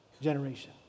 generation